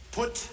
put